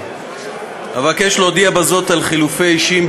כבוד סגן יושב-ראש הכנסת,